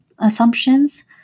assumptions